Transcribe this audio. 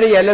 det.